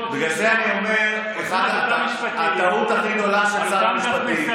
בגלל זה אני אומר שהטעות הכי גדולה של שר המשפטים,